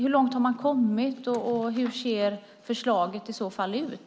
Hur långt har man kommit, och hur ser förslaget i så fall ut?